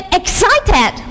excited